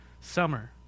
summer